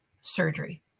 surgery